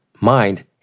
mind